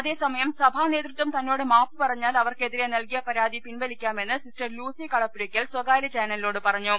അതേസമയം സഭാ നേതൃത്വം തന്നോട് മാപ്പുപറഞ്ഞാൽ അവർക്കെതിരെ നൽകിയ പരാതി പിൻവലിക്കാമെന്ന് സിസ്റ്റർ ലൂസി കളപ്പുരയ്ക്കൽ സ്വകാര്യചാനലിനോട് പറഞ്ഞു